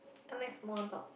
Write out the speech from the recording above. I like small dog